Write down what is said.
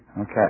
okay